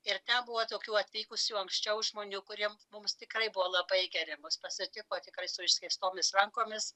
ir ten buvo tokių atvykusių anksčiau žmonių kurie mums tikrai buvo labai geri mus pasitiko tikrai su išskėstomis rankomis